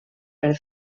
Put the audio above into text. per